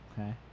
okay